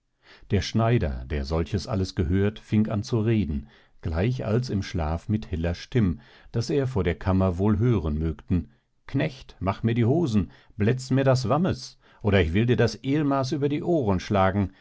der schneider der solches alles gehört fing an zu reden gleich als im schlaf mit heller stimm daß die vor der kammer wohl hören mögten knecht mach mir die hosen bletz mir das wammes oder ich will dir das ehlmaß über die ohren schlagen